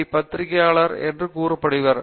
D பத்திரிகையாளர் என்று கூறப்படுபவர்